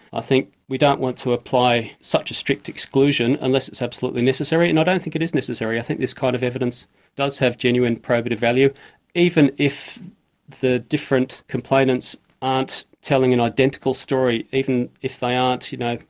i think we don't want to apply such a strict exclusion unless it's absolutely necessary. and i don't think it is necessary i think this kind of evidence does have genuine probative value even if the different complainants aren't telling an identical story, even if they aren't, you know,